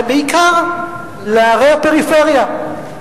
בעיקר לערי הפריפריה.